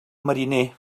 mariner